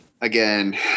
Again